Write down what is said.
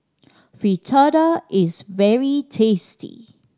Fritada is very tasty